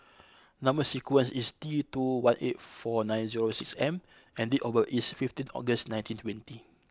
number sequence is T two one eight four nine zero six M and date of birth is fifteen August nineteen twenty